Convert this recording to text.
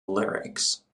lyrics